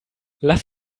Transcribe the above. lass